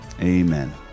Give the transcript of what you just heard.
Amen